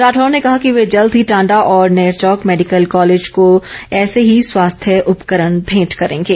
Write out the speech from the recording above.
राठौर ने कहा कि वे जल्द ही टांडा और नेरचौक मैडिकल कॉलेज को ऐसे ही स्वास्थ्य उपकरण भेंट करेंगे